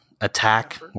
attack